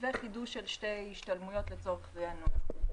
וחידוש של שתי השתלמויות לצורך ריענון.